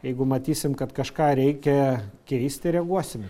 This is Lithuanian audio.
jeigu matysim kad kažką reikia keisti reaguosim